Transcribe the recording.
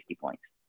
points